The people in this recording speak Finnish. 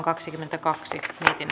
kaksikymmentäkaksi